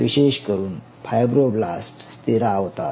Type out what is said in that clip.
विशेष करून फायब्रोब्लास्ट स्थिरावतात